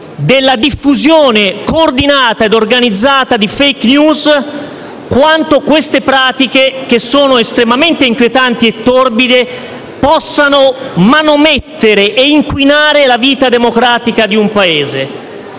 della diffusione coordinata e organizzata di *fake news*, quanto queste pratiche, estremamente inquietanti e torbide, possano manomettere e inquinare la vita democratica di un Paese.